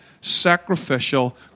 sacrificial